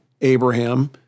Abraham